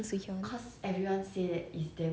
I trying to watch the the 那个